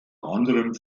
anderem